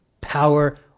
power